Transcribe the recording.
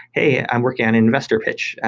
hey! i'm working on an investor pitch.